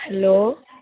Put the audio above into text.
hello